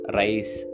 rice